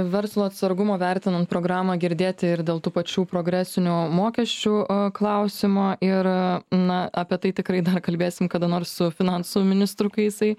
verslo atsargumo vertinant programą girdėti ir dėl tų pačių progresinių mokesčių klausimą ir na apie tai tikrai dar kalbėsim kada nors su finansų ministru kai jisai